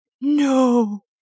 No